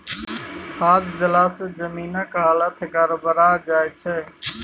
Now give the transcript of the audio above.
खाद देलासँ जमीनक हालत गड़बड़ा जाय छै